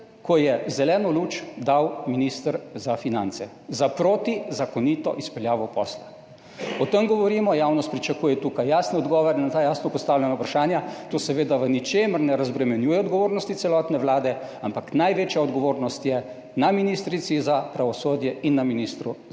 ko je zeleno luč dal minister za finance za protizakonito izpeljavo posla. O tem govorimo. Javnost pričakuje tukaj jasne odgovore na ta jasno postavljena vprašanja. To seveda v ničemer ne razbremenjuje odgovornosti celotne Vlade, ampak največja odgovornost je na ministrici za pravosodje in na ministru za